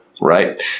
Right